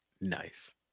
Nice